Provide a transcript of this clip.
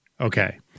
Okay